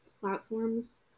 platforms